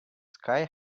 sky